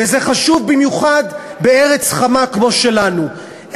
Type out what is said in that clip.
וזה חשוב במיוחד בארץ חמה כמו שלנו,